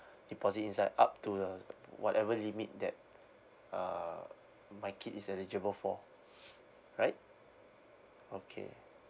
deposit inside up to the whatever limit that err my kid is eligible for right okay